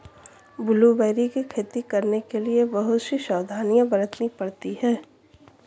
blueberry की खेती करने के लिए बहुत सी सावधानियां बरतनी पड़ती है